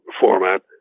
format